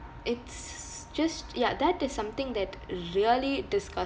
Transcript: it's just ya that is something that really disgusts